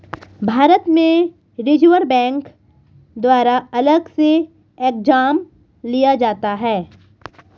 भारत में reserve bank द्वारा अलग से एग्जाम लिया जाता है